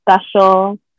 special